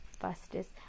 fastest